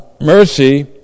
mercy